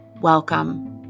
Welcome